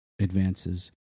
advances